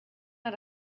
out